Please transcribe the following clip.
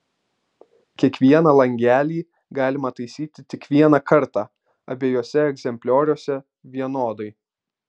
kiekvieną langelį galima taisyti tik vieną kartą abiejuose egzemplioriuose vienodai